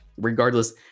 regardless